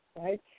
right